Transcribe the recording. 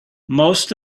most